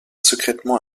secrètement